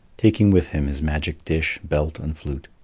taking with him his magic dish, belt and flute.